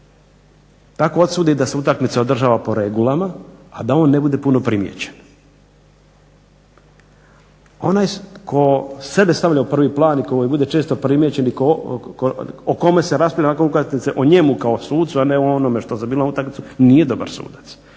tako odsudi da se utakmica održava po regulama, a da on ne bude puno primijećen. Onaj tko sebe stavlja u prvi plan i kome bude često primijećen, i o kome se raspravlja nakon utakmice o njemu kao o sucu, a ne o onome što se zbivalo na utakmici, nije dobar sudac.